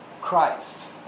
Christ